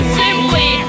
simply